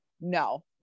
no